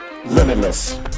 Limitless